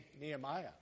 Nehemiah